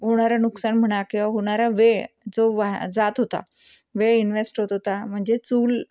होणारं नुकसान म्हणा किवा होणारा वेळ जो व्हा जात होता वेळ इन्व्हेस्ट होत होता म्हणजेच चूल